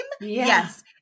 Yes